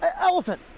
elephant